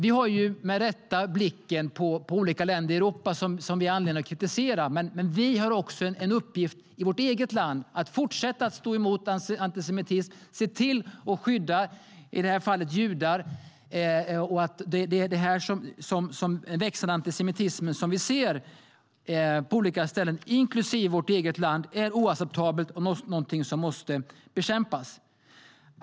Vi har med rätta blicken på olika länder i Europa som vi har anledning att kritisera, men vi har också en uppgift i vårt eget land att fortsätta stå emot antisemitism och skydda i det här fallet judar. Den växande antisemitism som vi ser på olika ställen, inklusive vårt eget land, är oacceptabel och något som måste bekämpas.